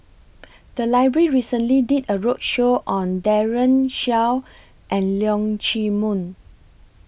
The Library recently did A roadshow on Daren Shiau and Leong Chee Mun